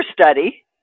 study